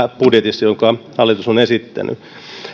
budjetissa jonka hallitus on esittänyt